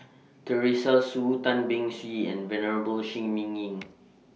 Teresa Hsu Tan Beng Swee and Venerable Shi Ming Yi